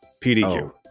PDQ